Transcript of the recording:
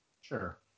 Sure